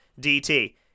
dt